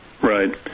right